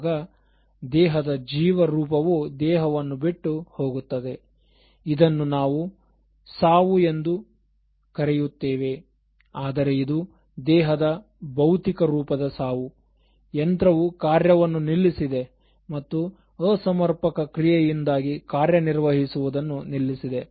ಆಗ ದೇಹದ ಜೀವ ರೂಪವು ದೇಹವನ್ನು ಬಿಟ್ಟು ಹೋಗುತ್ತದೆ ಇದನ್ನು ನಾವು ಸಾವು ಎಂದು ಕರೆಯುತ್ತೇವೆ ಆದರೆ ಇದು ದೇಹದ ಭೌತಿಕ ರೂಪದ ಸಾವು ಯಂತ್ರವು ಕಾರ್ಯವನ್ನು ನಿಲ್ಲಿಸಿದೆ ಮತ್ತು ಅಸಮರ್ಪಕ ಕ್ರಿಯೆಯಿಂದಾಗಿ ಕಾರ್ಯನಿರ್ವಹಿಸುವುದನ್ನು ನಿಲ್ಲಿಸಿದೆ